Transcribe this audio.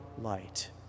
light